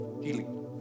healing